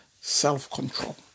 self-control